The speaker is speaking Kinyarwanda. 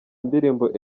indirimbo